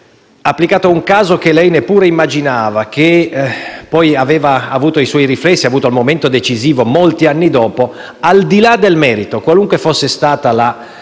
applicata a un caso che lei neppure immaginava, che poi avrebbe avuto i suoi riflessi e il suo momento decisivo molti anni dopo; al di là del merito, qualunque fosse stato